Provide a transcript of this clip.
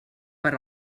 per